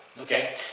Okay